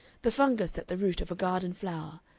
the fungus at the root of a garden flower,